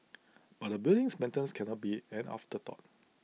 but A building's maintenance cannot be an afterthought